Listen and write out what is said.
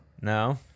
No